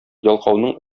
ялкауның